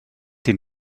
den